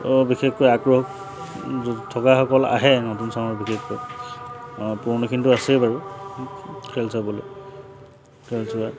বিশেষকৈ আগ্ৰহ থকাসকল আহে নতুন চামৰ বিশেষকৈ পুৰণাখিনিতো আছেই বাৰু খেল চাবলৈ খেল চোৱা